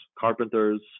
carpenters